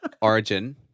origin